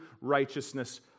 righteousness